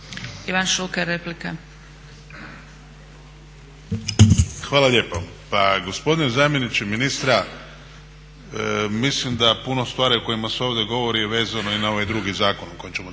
Ivan (HDZ)** Hvala lijepo. Pa gospodine zamjeniče ministra, mislim da puno stvari o kojima se ovdje govori je vezano i na ovaj drugi zakon o kojem ćemo danas